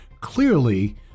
Clearly